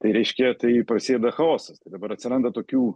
tai reiškia tai prasideda chaosas tai dabar atsiranda tokių